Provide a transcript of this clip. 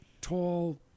tall